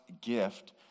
gift